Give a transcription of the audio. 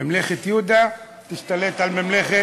ממלכת יהודה תשתלט על ממלכת,